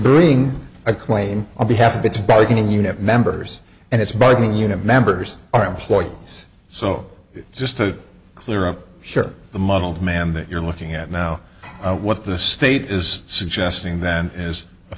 bring a claim on behalf of its bargaining unit members and it's bargaining unit members are employed so just to clear up the muddled man that you're looking at now what the state is suggesting then is